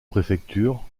préfectures